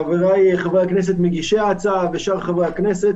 חבריי חברי הכנסת מגישי ההצעה ושאר חברי הכנסת.